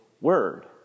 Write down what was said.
word